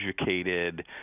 educated